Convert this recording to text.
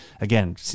again